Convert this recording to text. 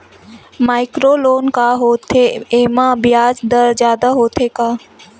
Micro loan का होथे येमा ब्याज दर जादा होथे का?